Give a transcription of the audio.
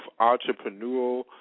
entrepreneurial